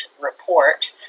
Report